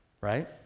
right